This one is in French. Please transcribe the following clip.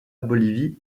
bolivie